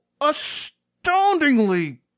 astoundingly